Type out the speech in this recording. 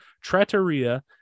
trattoria